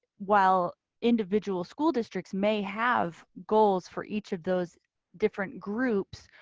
while individual school districts may have goals for each of those different groups.